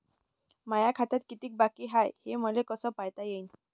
माया खात्यात कितीक बाकी हाय, हे मले कस पायता येईन?